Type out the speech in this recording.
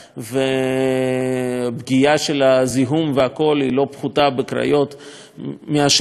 והפגיעה של הזיהום והכול אינה פחותה בקריות מאשר בחיפה.